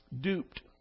duped